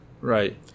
Right